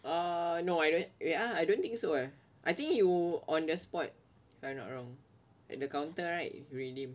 err no I don't wait ah I don't think so eh I think you on the spot if I'm not wrong at the counter right redeem